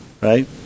Right